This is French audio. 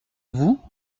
vous